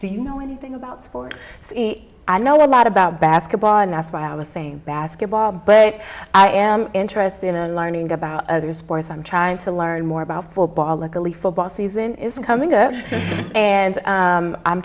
do you know anything about sports so i know a lot about basketball and that's why i was saying basketball but i am interested in learning about other sports i'm trying to learn more about football luckily football season is coming up and